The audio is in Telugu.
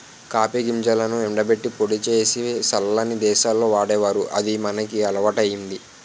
కాపీ గింజలను ఎండబెట్టి పొడి సేసి సల్లని దేశాల్లో వాడేవారు అది మనకి అలవాటయ్యింది